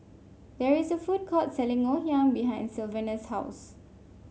there is a food court selling Ngoh Hiang behind Sylvanus' house